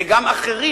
זה גם אחרים.